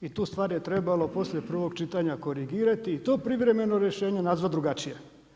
I tu stvar je trebalo poslije prvog čitanja korigirati i to privremeno rješenje nazvati drugačije.